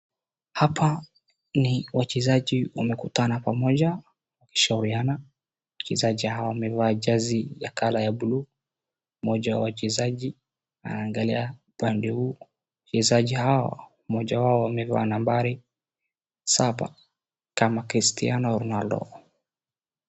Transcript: Hapa ni wachezaji wamekutana pamoja kushauriana, wachezaji hawa wamevaa jezi ya colour ya buluu. Moja ya wachezaji anaangalia pande huu, wachezaji hawa moja wao amevaa nambari saba kama Cristiano Ronaldo.